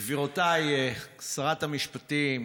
גבירותיי, שרת המשפטים,